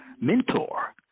mentor